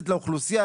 לאוכלוסייה?